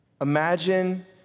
Imagine